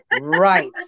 Right